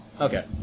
Okay